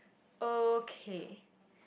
okay